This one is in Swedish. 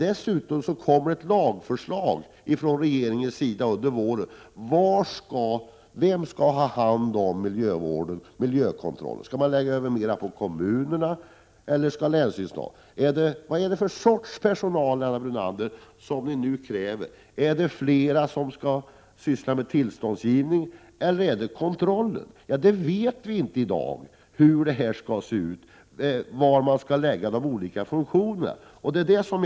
Dessutom kommer ett lagförslag under våren från regeringens sida om vem som skall ha hand om miljökontrollen. Skall mer läggas över på kommunerna eller skall länsstyrelserna ta hand om detta? — Prot. 1987/88:45 Vad är det för sorts personal, Lennart Brunander, som ni nu kräver? Är det — 15 december 1987 fler som skall syssla med tillståndsgivning eller skall de ägna sig åt kontrollen? = J=4 dog Ja, hur detta skall se ut och var man skall lägga de olika funktionerna vet vi inte i dag.